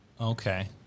Okay